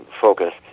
focus